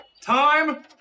Time